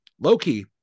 loki